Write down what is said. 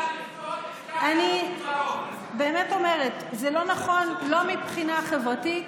אני באמת אומרת, זה לא נכון, לא מבחינה חברתית,